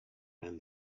and